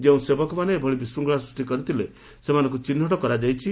ଯେଉଁ ସେବକମାନେ ଏଭଳି ବିଶ୍ୱଙ୍ଖଳା ସୃଷ୍କି କରିଥିଲେ ସେମାନଙ୍କୁ ଚିହ୍ନଟ କରାଯାଇଛି